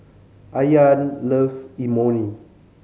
Ayaan loves Imoni